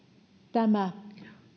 tämä